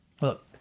look